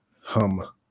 hum